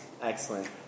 Excellent